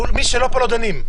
מי שלא פה לא דנים.